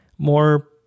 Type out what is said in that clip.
more